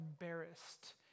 embarrassed